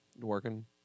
Working